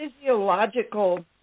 physiological